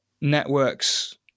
networks